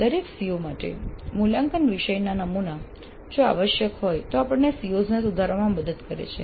દરેક COs માટે મૂલ્યાંકન વિષયના નમૂના જો આવશ્યક હોય તો આપણને COs ને સુધારવામાંમદદ કરે છે